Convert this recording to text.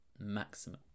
maximum